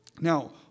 Now